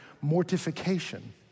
mortification